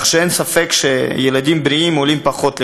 כי אין ספק שילדים בריאים עולים פחות למערכת.